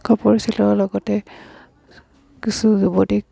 কাপোৰ চিলোৱাৰ লগতে কিছু যুৱতীক